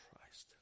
Christ